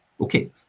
Okay